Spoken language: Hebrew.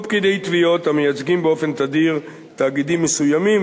או פקידי תביעות המייצגים באופן תדיר תאגידים מסוימים,